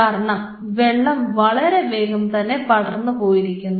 കാരണം വെള്ളം വളരെ വേഗം തന്നെ പടർന്ന് പോയിരിക്കുന്നു